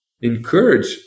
encourage